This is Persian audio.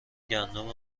گندم